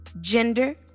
gender